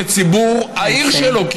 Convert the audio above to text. לציבור העיר שלו,